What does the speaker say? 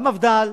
גם מפד"ל